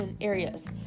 areas